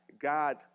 God